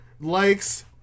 likes